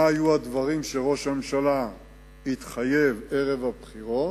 מה היו הדברים שראש הממשלה התחייב ערב הבחירות,